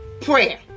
prayer